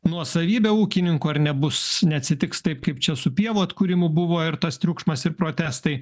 nuosavybę ūkininkų ar nebus neatsitiks taip kaip čia su pievų atkūrimu buvo ir tas triukšmas ir protestai